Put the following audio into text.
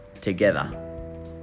together